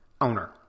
owner